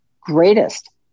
greatest